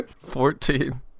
Fourteen